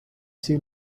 sea